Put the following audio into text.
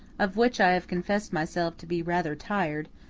of which i have confessed myself to be rather tired,